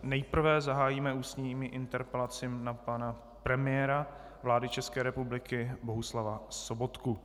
Nejprve zahájíme ústní interpelaci na pana premiéra vlády České republiky Bohuslava Sobotku.